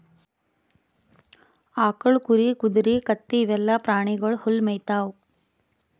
ಆಕಳ್, ಕುರಿ, ಕುದರಿ, ಕತ್ತಿ ಇವೆಲ್ಲಾ ಪ್ರಾಣಿಗೊಳ್ ಹುಲ್ಲ್ ಮೇಯ್ತಾವ್